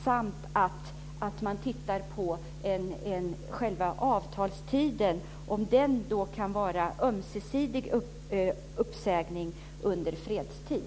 Jag vill också fråga om avtalstiden, om det kan vara ömsesidig uppsägning under fredstid.